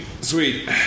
sweet